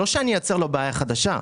לא שאני אייצר לו בעיה חדשה.